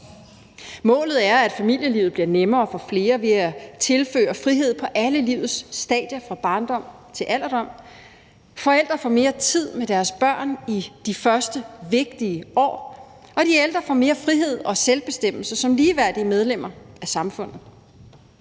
Målet er, at familielivet bliver nemmere for flere ved at tilføre frihed på alle livets stadier fra barndom til alderdom, at forældre får mere tid med deres børn i de første vigtige år, og at de ældre får mere frihed og selvbestemmelse som ligeværdige medlemmer af samfundet.